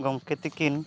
ᱜᱚᱢᱠᱮ ᱛᱤᱠᱤᱱ